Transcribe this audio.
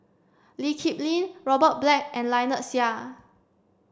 Lee Kip Lin Robert Black and Lynnette Seah